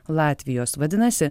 latvijos vadinasi